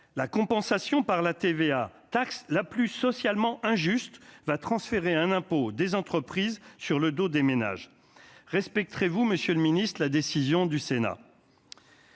la compensation par la TVA, taxe la plus socialement injuste va transférer un impôt des entreprises sur le dos des ménages respecte Trévoux, Monsieur le Ministre de la décision du Sénat.